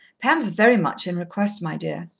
pam's very much in request, my dear.